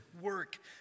work